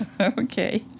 Okay